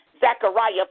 Zechariah